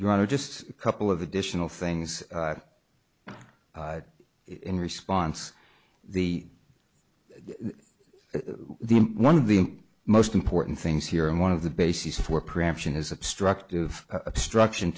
honor just a couple of additional things in response the the one of the most important things here and one of the bases for preemption is obstructive obstruction